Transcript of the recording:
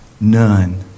None